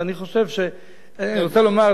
אני רוצה לומר,